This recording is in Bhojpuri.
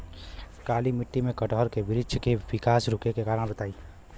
काली मिट्टी में कटहल के बृच्छ के विकास रुके के कारण बताई?